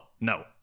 no